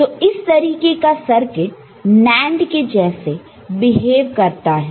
तो इस तरीके का सर्किट NAND के जैसे बिहेव करता है